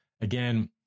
Again